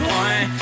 one